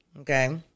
Okay